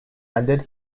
ended